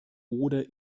oder